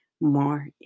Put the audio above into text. more